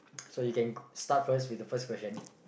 so you can start first with the first question